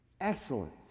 Excellence